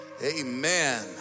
Amen